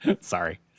Sorry